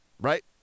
right